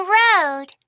road